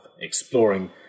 exploring